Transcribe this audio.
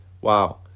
Wow